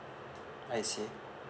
I see